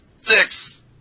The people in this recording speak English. Six